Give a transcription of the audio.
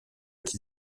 qui